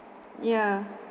ya